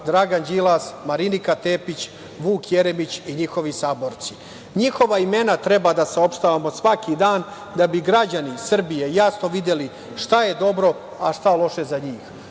Dragan Đilas, Marinika Tepić, Vuk Jeremić i njihovi saborci. Njihova imena treba da saopštavamo svaki dan, da bi građani Srbije jasno videli šta je dobro a šta loše za njih. Dobro